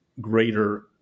greater